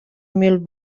mil